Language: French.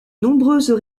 nombreuses